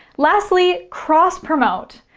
lastly, cross promote.